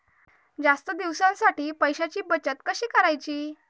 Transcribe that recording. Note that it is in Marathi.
जास्त दिवसांसाठी पैशांची बचत कशी करायची?